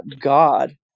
God